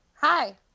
Hi